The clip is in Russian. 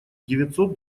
девятьсот